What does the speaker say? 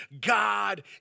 God